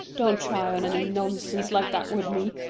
don't try on any nonsense like that with me!